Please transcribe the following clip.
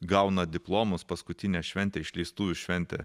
gauna diplomus paskutinė šventė išleistuvių šventė